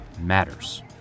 matters